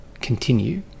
continue